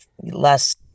less